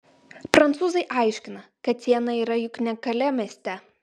prancūzai aiškina kad siena yra juk ne kalė mieste